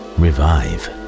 revive